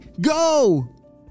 go